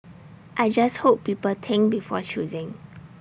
I just hope people think before choosing